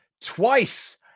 twice